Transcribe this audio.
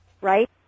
Right